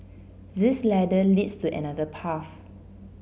this ladder leads to another path